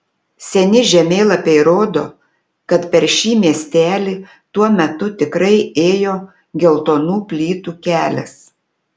seni žemėlapiai rodo kad per šį miestelį tuo metu tikrai ėjo geltonų plytų kelias